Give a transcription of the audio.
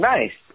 Nice